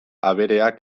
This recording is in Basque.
abereak